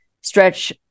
stretch